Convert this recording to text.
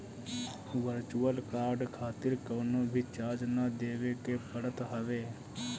virtual card खातिर कवनो भी चार्ज ना देवे के पड़त हवे